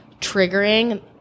triggering